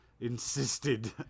insisted